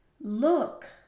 Look